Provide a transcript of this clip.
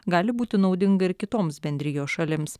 gali būti naudinga ir kitoms bendrijos šalims